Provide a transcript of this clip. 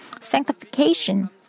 sanctification